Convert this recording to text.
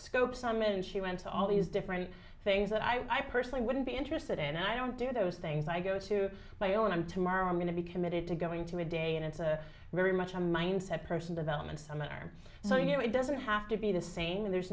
scope summit and she went to all these different things that i personally wouldn't be interested in i don't do those things i go to my own i'm tomorrow i'm going to be committed to going to a day and it's a very much a mindset person developments on the arm so you know it doesn't have to be the same and there's